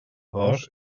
dos